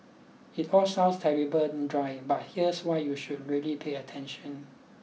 it all sounds terribly dry but here's why you should really pay attention